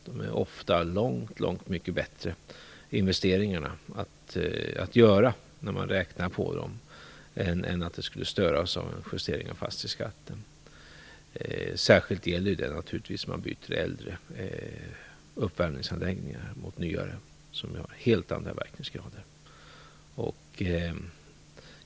Det är ofta långt mycket bättre att göra dessa investeringar jämfört med att störas av en justering av fastighetsskatten. Särskilt gäller det naturligtvis när man byter ut äldre uppvärmningsanläggningar mot nyare, som ju har helt andra verkningsgrader.